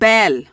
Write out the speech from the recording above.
Bell